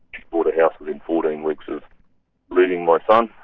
she bought a house within fourteen weeks of leaving my son.